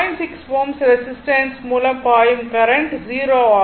6 Ω resistance மூலம் பாயும் current 0 ஆகும்